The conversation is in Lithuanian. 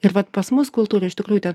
ir vat pas mus kultūroj iš tikrųjų ten